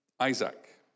Isaac